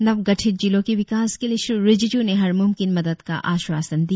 नव गठित जिलों के विकास के लिए श्री रिजिजू ने हर मुमकिन मदद का आश्वासन दिया